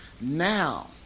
now